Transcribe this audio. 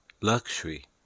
luxury